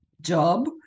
job